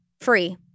Free